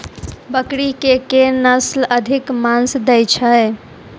बकरी केँ के नस्ल अधिक मांस दैय छैय?